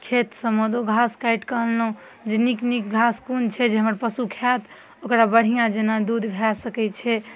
खेत सबमे तऽ ओ घास काटि कऽ अनलौ जे नीक नीक घास कोन छै जे हमर पशु खायत ओकरा बढ़िऑं जेना दूध भए सकै छै